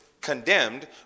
condemned